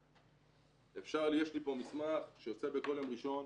יש לי פה מסמך שיוצא בכל יום ראשון,